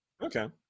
Okay